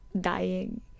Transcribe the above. dying